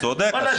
וואלה,